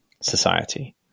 society